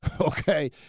okay